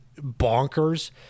bonkers